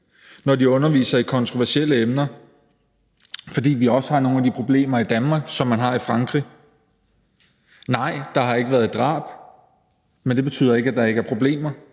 når de underviser i kontroversielle emner, fordi vi også har nogle af de problemer i Danmark, som man har i Frankrig. Nej, der har ikke været drab, men det betyder ikke, at der ikke har været problemer.